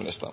når